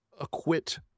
acquit